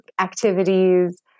activities